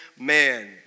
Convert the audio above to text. man